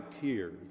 tears